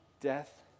death